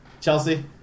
Chelsea